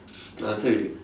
I answer already